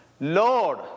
Lord